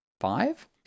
five